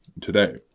Today